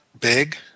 big